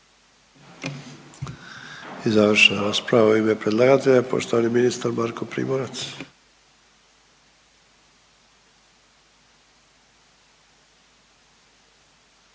I završna rasprava u ime predlagatelja poštovani ministar Marko Primorac.